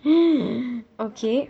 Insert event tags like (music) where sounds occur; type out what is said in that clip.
(breath) okay